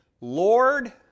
Lord